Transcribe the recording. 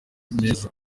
meza